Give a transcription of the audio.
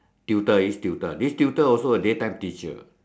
tutor this tutor this tutor also day time teacher